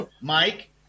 Mike